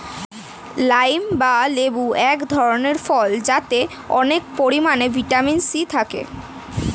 lime বা লেবু এক ধরনের ফল যাতে অনেক পরিমাণে ভিটামিন সি থাকে